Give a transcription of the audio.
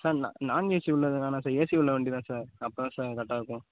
sir நான் நான் AC உள்ள வண்டி வேண்டாம் சார் ஏசி உள்ள வண்டி தான் சார் அப்போ தான் சார் கரெக்ட்டாக இருக்கும்